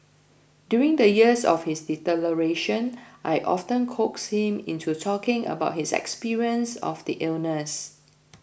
during the years of his deterioration I often coaxed him into talking about his experience of the illness